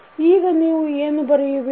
ಈಗ ನೀವು ಏನು ಬರೆಯುವಿರಿ